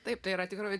taip tai yra tikrovė